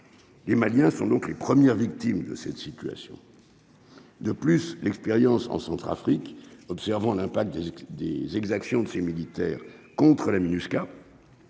les Maliens sont donc les premières victimes de cette situation de plus l'expérience en Centrafrique, observant l'impact des exactions de ces militaires contre la Minusca.